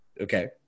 Okay